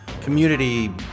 community